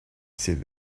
c’est